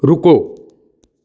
ਰੁਕੋ